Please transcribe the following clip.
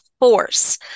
force